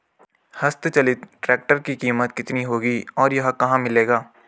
हस्त चलित ट्रैक्टर की कीमत कितनी होगी और यह कहाँ मिलेगा?